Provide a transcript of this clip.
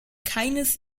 keines